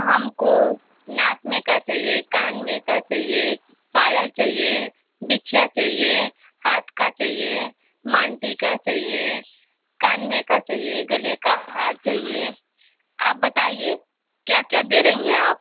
हमको नाक में का चाहिए कान में का चाहिए पायल चाहिए बिछिया चाहिए हाथ का चाहिए मांग टीका चाहिए कान में का चाहिए गले का हार चाहिए आप बताइये क्या क्या दे रही हैं आप